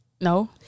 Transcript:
No